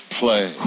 play